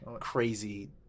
crazy